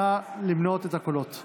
נא למנות את הקולות.